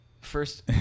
first